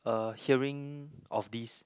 uh hearing of this